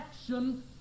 action